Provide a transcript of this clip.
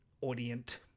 audience